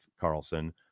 Carlson